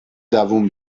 دووم